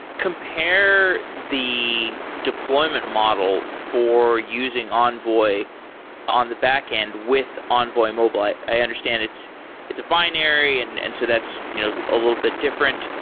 compare the deployment model for using envoy on the backend with envoy mobile. i i understand it's it's a binary, and and so that's you know a little bit different.